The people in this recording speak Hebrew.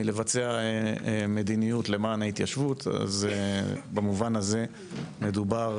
מלבצע מדיניות למען ההתיישבות אז במובן הזה מדובר